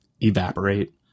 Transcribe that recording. evaporate